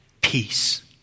peace